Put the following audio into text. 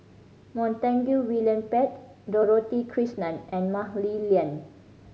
Montague William Pett Dorothy Krishnan and Mah Li Lian